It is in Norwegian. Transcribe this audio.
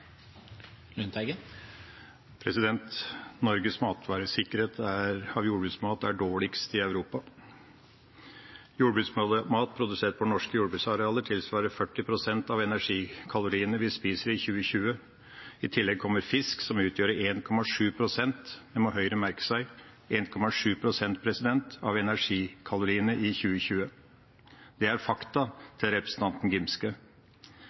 dårligst i Europa. Jordbruksmat produsert på norske jordbruksarealer tilsvarer 40 pst. av energikaloriene vi spiste i 2020. I tillegg kommer fisk, som utgjør 1,7 pst. – det må Høyre merke seg – av energikaloriene i 2020. Det er